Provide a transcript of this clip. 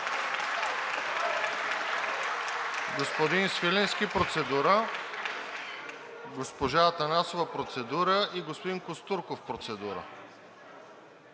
Господин Свиленски – процедура, госпожа Атанасова – процедура, и господин Костурков – процедура.